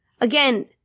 Again